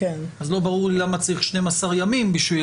אז לא ברור לי למה צריך 12 ימים בשביל